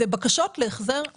אלה בקשות להחזר.